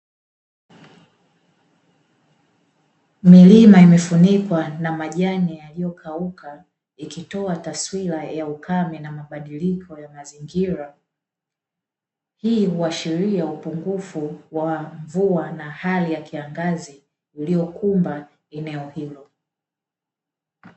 Milima imefunikwa na majani yaliyokauka ikitoa taswira ya ukame na mabadiliko ya mazingira, hiii huashiria upungufu wa mvua na hali ya kiangazi iliyokumba eneo hilo.